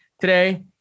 today